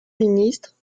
ministre